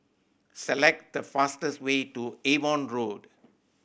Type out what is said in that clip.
select the fastest way to Avon Road